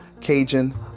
cajun